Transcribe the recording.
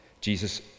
Jesus